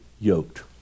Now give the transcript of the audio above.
yoked